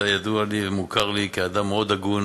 אתה מוכר לי כאדם מאוד הגון